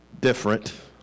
different